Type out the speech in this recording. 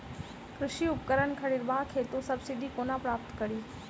कृषि उपकरण खरीदबाक हेतु सब्सिडी कोना प्राप्त कड़ी?